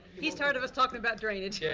he's tired of us talkin' about drainage. yeah